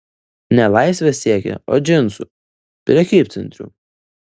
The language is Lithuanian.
ne laisvės siekė o džinsų prekybcentrių